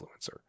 influencer